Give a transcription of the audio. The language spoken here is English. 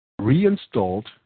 reinstalled